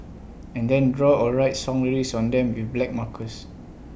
and then draw or write song lyrics on them with black markers